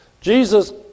Jesus